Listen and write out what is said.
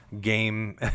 game